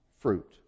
fruit